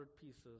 pieces